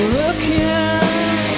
looking